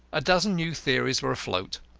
a dozen new theories were afloat.